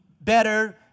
better